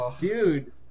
dude